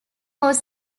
was